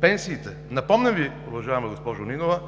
Пенсиите. Напомням Ви, уважаема госпожо Нинова,